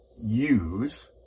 use